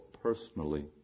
personally